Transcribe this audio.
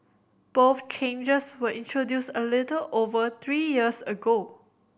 both changes were introduced a little over three years ago